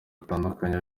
batandukanye